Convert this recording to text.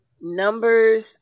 numbers